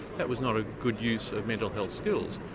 that was not a good use of mental heath skills.